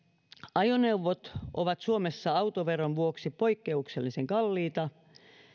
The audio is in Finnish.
ajoneuvot ovat suomessa autoveron vuoksi poikkeuksellisen kalliita